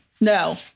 No